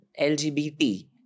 LGBT